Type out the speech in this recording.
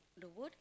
the work